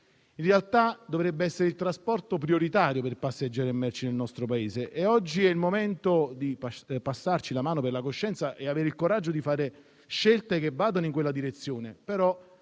in realtà dovrebbe essere il trasporto prioritario per passeggeri e merci nel nostro Paese. Oggi è il momento di passarci la mano sulla coscienza e avere il coraggio di fare scelte che vadano in quella direzione,